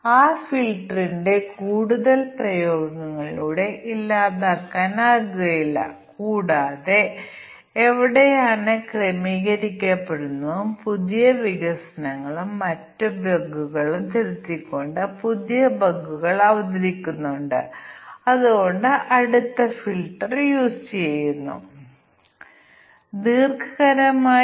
നിരവധി ടൂളുകൾ ലഭ്യമാണ് ചെറിയ ടൂളുകൾ ഉണ്ട് അവിടെ നിങ്ങൾക്ക് ടെസ്റ്റ് കേസുകളുടെ എണ്ണം നൽകാം ഇൻപുട്ട് പാരാമീറ്ററിന്റെ വ്യത്യസ്ത മൂല്യങ്ങൾ ഉപയോഗിച്ച് നിങ്ങൾ ശ്രമിക്കുമെന്ന് ഞാൻ പറഞ്ഞതുപോലെ ഓരോ പാരാമീറ്ററും വ്യത്യസ്ത മൂല്യങ്ങൾ എടുക്കുന്നു